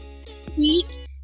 Sweet